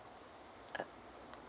uh